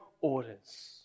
orders